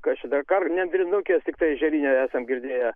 kas čia dar gal nendrinukę tiktai ežerinę esam girdėję